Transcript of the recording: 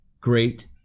great